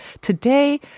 Today